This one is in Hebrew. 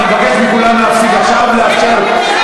אני מבקש מכולם להפסיק עכשיו ולאפשר,